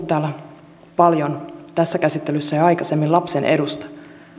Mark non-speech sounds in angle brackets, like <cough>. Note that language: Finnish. <unintelligible> täällä paljon tässä käsittelyssä ja aikaisemmin lapsen edusta